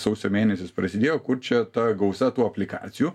sausio mėnesis prasidėjo kur čia ta gausa tų aplikacijų